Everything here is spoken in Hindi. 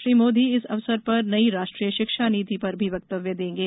श्री मोदी इस अवसर पर नई राष्ट्रीय शिक्षा नीति पर भी वक्तव्य देंगे